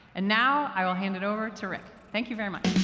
and now i will hand it over to rick. thank you very much.